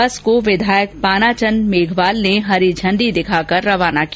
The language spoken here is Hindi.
बस को विधायक पानाचन्द मेघवाल ने हरी झण्डी दिखाकर रवाना किया